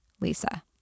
Lisa